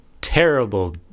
terrible